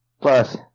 Plus